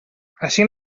així